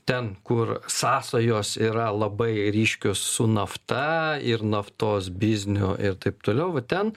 ten kur sąsajos yra labai ryškios su nafta ir naftos bizniu ir taip toliau va ten